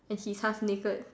is he half naked